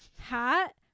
Hat